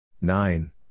Nine